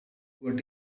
what